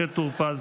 משה טור פז,